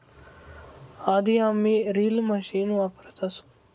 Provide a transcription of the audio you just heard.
आधी आम्ही reel machine वापरत असू